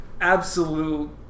absolute